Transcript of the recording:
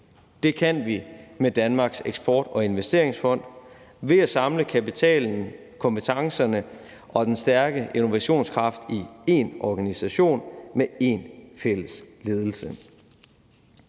Det kan vi med Danmarks Eksport- og Investeringsfond ved at samle kapitalen, kompetencerne og den stærke innovationskraft i én organisation med én fælles ledelse.